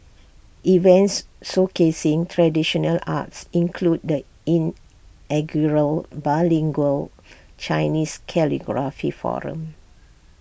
events showcasing traditional arts include the inaugural bilingual Chinese calligraphy forum